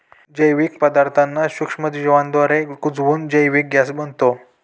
जैविक पदार्थांना सूक्ष्मजीवांद्वारे कुजवून जैविक गॅस बनतो